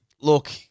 Look